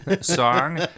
song